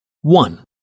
One